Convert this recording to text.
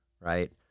right